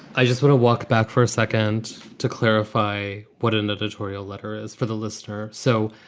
i just want to walk back for a second to clarify what an editorial letter is for the listener. so.